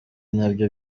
nabyo